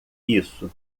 isso